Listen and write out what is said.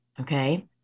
Okay